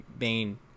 main